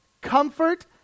Comfort